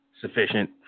sufficient